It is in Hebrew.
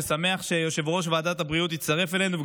אני שמח שיושב-ראש ועדת הבריאות הצטרף אלינו,